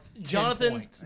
Jonathan